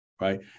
right